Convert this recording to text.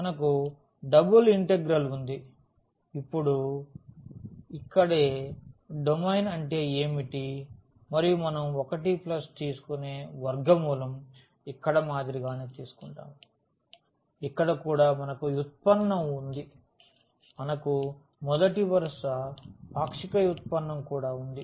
మనకు double integral ఉంది ఇప్పుడే ఇక్కడ డొమైన్ అంటే ఏమిటి మరియు మనం 1 ప్లస్ తీసుకునే వర్గమూలం ఇక్కడ మాదిరిగానే తీసుకుంటాము ఇక్కడ కూడా మనకు వ్యుత్పన్నం ఉంది మనకు మొదటి వరుస పాక్షిక వ్యుత్పన్నం కూడా ఉంది